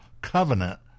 covenant